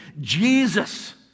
Jesus